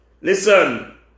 Listen